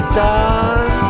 done